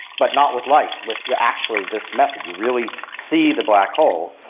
but not with light, with with actually this method, you really see the black hole.